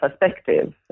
perspective